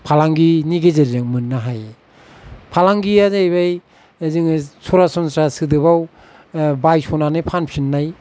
फालांगिनि गेजेरजों मोननो हायो फालांगिया जाहैबाय जोङो सरासनस्रा सोदोबाव बायस'नानै फानफिन्नाय